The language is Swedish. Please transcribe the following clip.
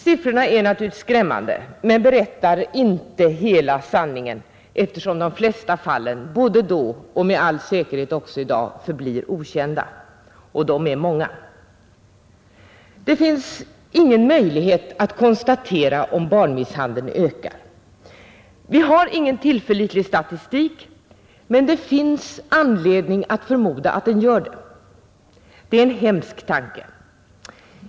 Siffrorna är naturligtvis skrämmande men berättar inte hela sanningen, eftersom de flesta fallen både då och med all säkerhet också i dag förblir okända. Och de är många. Det finns ingen möjlighet att konstatera om barnmisshandeln ökar — vi har ingen tillförlitlig statistik — men det finns anledning att förmoda att den gör det. Det är en hemsk tanke.